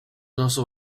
also